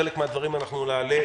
חלק מן הדברים אנחנו נעלה.